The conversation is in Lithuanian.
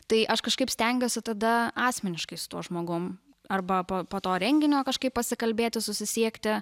tai aš kažkaip stengiuosi tada asmeniškai su tuo žmogum arba po po to renginio kažkaip pasikalbėti susisiekti